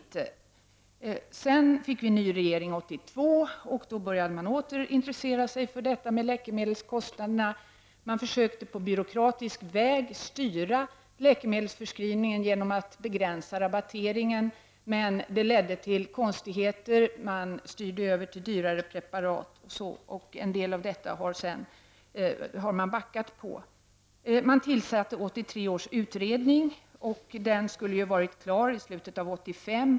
1982 fick vi ny regering, och då började man åter intressera sig för läkemedelskostnaderna. Man försökte på byråkratisk väg styra läkemedelsförskrivningen genom att begränsa rabatteringen. Det ledde dock till konstigheter. Man styrde över till dyrare preparat, och en del av detta har man backat bort ifrån. 1983 års utredning tillsattes. Den skulle ha varit klar i slutet av 1985.